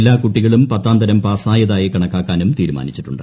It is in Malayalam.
എല്ലാ കുട്ടികളും പത്താം തരം പാസ്സായതായി കണക്കാക്കാനും തീരുമാനിച്ചിട്ടുണ്ട്